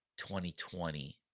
2020